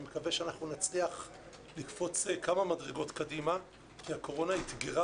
מקווה שאנחנו נצליח לקפוץ כמה מדרגות קדימה כי הקורונה איתגרה